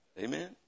Amen